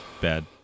bad